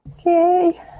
Okay